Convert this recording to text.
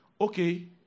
Okay